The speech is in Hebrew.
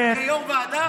אתה יו"ר ועדה?